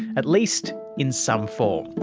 at least in some form.